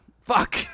Fuck